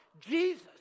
Jesus